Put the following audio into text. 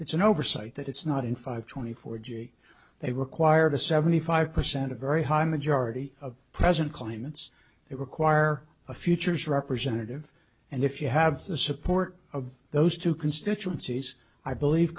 it's an oversight that it's not in five twenty four g b they required a seventy five percent a very high majority of present claimants they require a futures representative and if you have the support of those two constituencies i believe